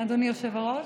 אדוני היושב-ראש.